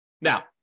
Now